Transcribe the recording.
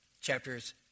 chapters